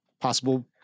possible